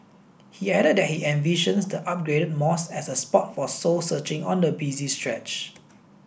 he added that he envisions the upgraded mosque as a spot for soul searching on the busy stretch